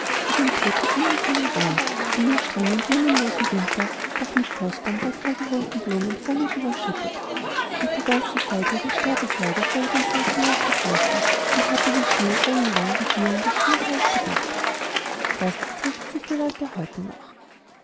mit ihrem toten engelchen im arm und im strengen blumenlosen winter doch mit kostbaren weither geholten blumen förmlich überschüttet und die weiße seide ihres sterbekleides war über den sarg hinausgeflossen und hatte wie schnee ellenlang die dielen des flursaales bedeckt das erzählten sich die leute heute noch